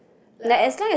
like I'll